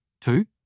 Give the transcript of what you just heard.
Two